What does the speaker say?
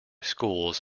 schools